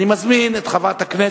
אנו עוברים